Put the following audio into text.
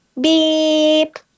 Beep